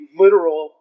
literal